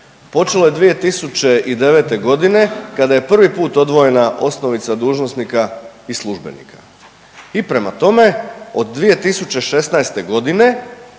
Počelo je 2009. g. kada je prvi put odvojena osnovica dužnosnika i službenika i prema tome od 2016. g.